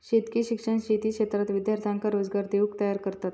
शेतकी शिक्षण शेती क्षेत्रात विद्यार्थ्यांका रोजगार देऊक तयार करतत